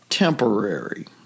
Temporary